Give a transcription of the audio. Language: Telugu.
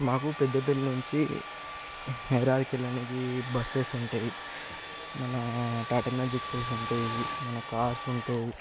మాకు పెద్దపల్లి నుంచి హైదరాబాద్ వెళ్ళడానికి బస్సెస్ ఉంటాయి మన టాటా మ్యాజిక్సెస్ ఉంటాయి మన కార్స్ ఉంటాయి